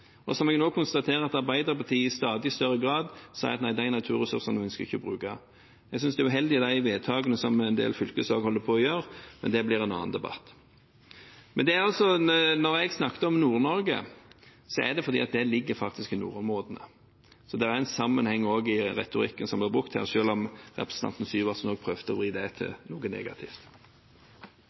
som jeg nå konstaterer at Arbeiderpartiet i stadig større grad sier at de ikke ønsker å bruke. Jeg synes de vedtakene som en del fylkeslag holder på å gjøre, er uheldige, men det blir en annen debatt. Når jeg snakket om Nord-Norge, var det fordi det ligger i nordområdene. Så det er en sammenheng i retorikken som blir brukt her, selv om representanten Sivertsen nå prøvde å vri det til noe negativt.